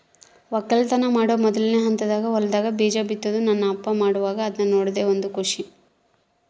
ವಕ್ಕಲತನ ಮಾಡೊ ಮೊದ್ಲನೇ ಹಂತದಾಗ ಹೊಲದಾಗ ಬೀಜ ಬಿತ್ತುದು ನನ್ನ ಅಪ್ಪ ಮಾಡುವಾಗ ಅದ್ನ ನೋಡದೇ ಒಂದು ಖುಷಿ